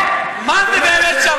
מדבר כל כך יפה